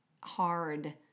hard